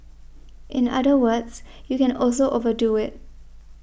in other words you can also overdo it